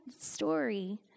story